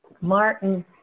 Martin